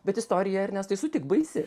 bet istorija ernestai sutik baisi